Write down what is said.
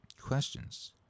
Questions